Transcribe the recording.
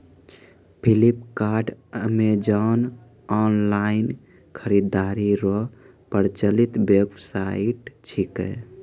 Flipkart Amazon online खरीदारी रो प्रचलित वेबसाइट छिकै